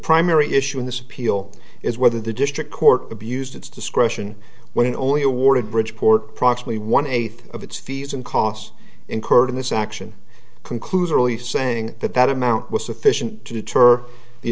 primary issue in this appeal is whether the district court abused its discretion when it only awarded bridgeport proximately one eighth of its fees and costs incurred in this action conclusively saying that that amount was sufficient to deter the